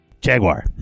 Jaguar